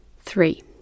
Three